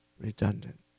redundant